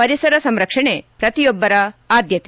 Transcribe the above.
ಪರಿಸರ ಸಂರಕ್ಷಣೆ ಪ್ರತಿಯೊಬ್ಬರ ಆದ್ಯತೆ